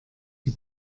die